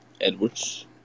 Edwards